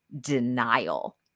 denial